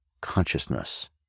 consciousness